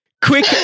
Quick